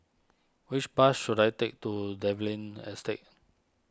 which bus should I take to Dalvey Lane Estate